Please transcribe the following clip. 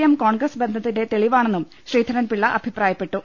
M Congress ബന്ധത്തിന്റെ തെളി വാണെന്നും ശ്രീധരൻപിള്ള അഭിപ്രായപ്പെട്ടു